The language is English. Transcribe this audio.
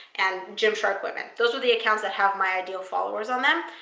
and gymshark women. those were the accounts that have my ideal followers on them.